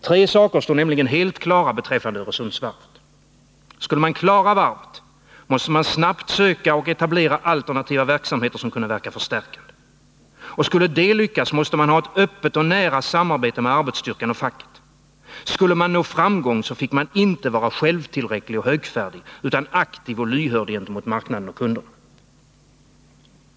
Tre saker stod nämligen helt klara beträffande Öresundsvarvet. Skulle man klara varvet måste man snabbt söka och etablera alternativa verksamheter som kunde verka förstärkande. Skulle det lyckas måste man ha ett öppet och nära samarbete med arbetsstyrkan och facket. Skulle man nå framgång fick man inte vara självtillräcklig och högfärdig utan aktiv och lyhörd gentemot marknaden och kunderna.